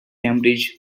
cambridge